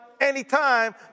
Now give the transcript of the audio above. anytime